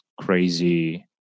crazy